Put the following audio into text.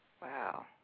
Wow